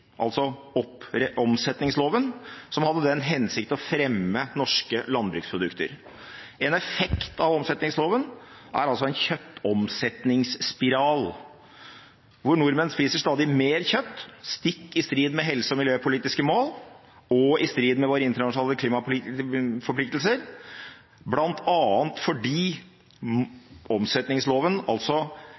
omsetningsloven, som hadde den hensikt å fremme norske landbruksprodukter. En effekt av omsetningsloven er en kjøttomsetningsspiral, hvor nordmenn spiser stadig mer kjøtt – stikk i strid med helse- og miljøpolitiske mål og i strid med våre internasjonale klimaforpliktelser – bl.a. fordi omsetningsloven